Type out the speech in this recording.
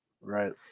right